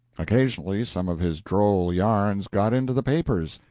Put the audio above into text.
occasionally some of his droll yarns got into the papers.